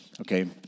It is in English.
Okay